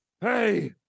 hey